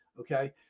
Okay